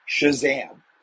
shazam